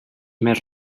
més